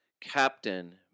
Captain